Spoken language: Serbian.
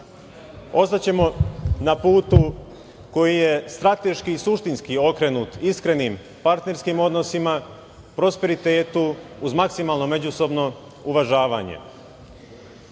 Ostaćemo na putu koji je strateški i suštinski okrenut iskrenim partnerskim odnosima, prosperitetu uz maksimalno međusobno uvažavanje.